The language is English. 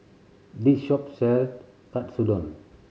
this shop sell Katsudon